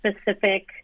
specific